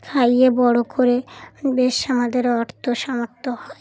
খাইয়ে বড় করে বেশ আমাদের অর্থ সামর্থ হয়